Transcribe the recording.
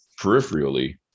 peripherally